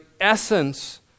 essence